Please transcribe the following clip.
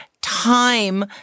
time